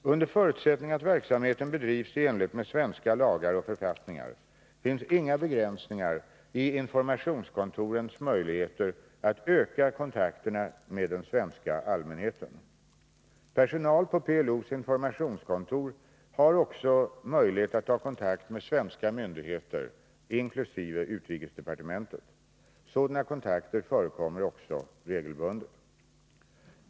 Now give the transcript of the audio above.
Under förutsättning att verksamheten bedrivs i enlighet med svenska lagar och författningar finns inga begränsningar i informationskontorens möjligheter att öka kontakterna med den svenska allmänheten. Personal på PLO:s informationskontor har också möjlighet att ta kontakt med svenska myndigheter, inkl. utrikesdepartementet. Sådana kontakter förekommer också regelbundet.